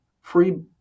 free